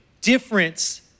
difference